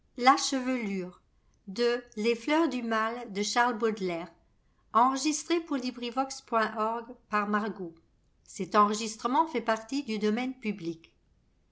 les fleurs du mal